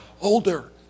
older